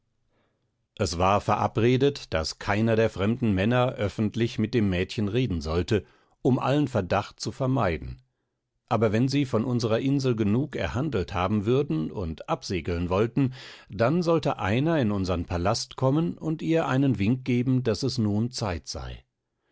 es war verabredet daß keiner der fremden männer öffentlich mit dem mädchen reden sollte um allen verdacht zu vermeiden aber wenn sie von unserer insel genug erhandelt haben würden und absegeln wollten dann sollte einer in unsern palast kommen und ihr einen wink geben daß es nun zeit sei